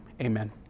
Amen